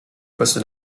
poste